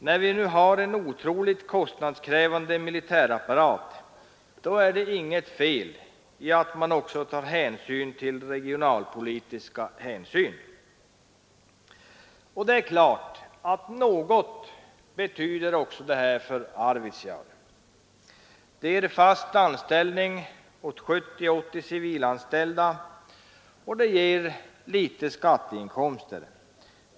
När man nu har en otroligt kostnadskrävande militärapparat är det inget fel i att man också tar hänsyn till regionalpolitiska skäl. Och något betyder fredsförbandet för Arvidsjaur. Det ger fast arbete åt 70—80 civilanställda och litet skatteinkomster.